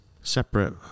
separate